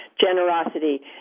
generosity